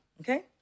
okay